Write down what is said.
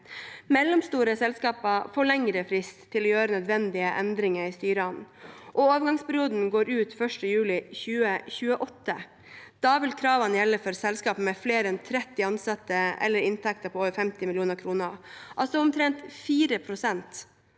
Mellomstore selskaper får lengre frist til å gjøre nødvendige endringer i styret. Overgangsperioden går ut 1. juli 2028. Da vil kravene gjelde for selskaper med flere enn 30 ansatte eller inntekter på over 50 mill. kr. Omtrent 4 pst.